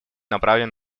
направлен